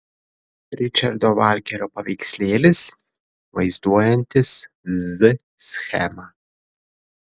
ričardo valkerio paveikslėlis vaizduojantis z schemą